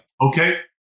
okay